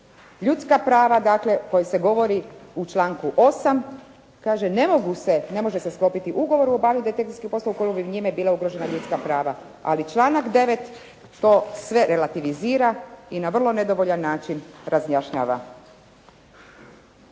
Ljudska prava dakle o kojoj se govori u članku 8., kaže ne može se sklopiti ugovor o obavljanju detektivskih poslova u kojemu bi njime bila ugrožena ljudska prava, ali članak 9. to sve relavitizira i na vrlo nedovoljan način razjašnjava.